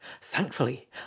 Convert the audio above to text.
Thankfully